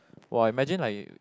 !wah! imagine like